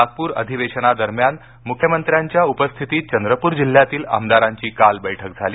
नागपूर अधिवेशनादरम्यान मुख्यमंत्र्यांच्या उपस्थितित चंद्रपूर जिल्ह्यातील आमदारांची काल बैठक झाली